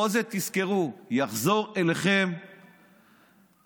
כל זה, תזכרו, יחזור אליכם בכפל-כפליים.